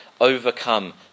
overcome